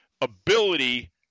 ability